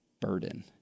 burden